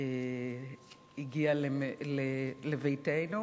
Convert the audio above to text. הגיע לביתנו,